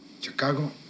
Chicago